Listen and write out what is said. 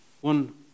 One